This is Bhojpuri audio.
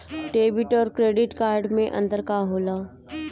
डेबिट और क्रेडिट कार्ड मे अंतर का होला?